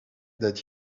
that